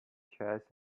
chests